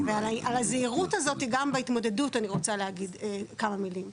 על הזהירות הזאת גם בהתמודדות אני רוצה להגיד כמה מילים.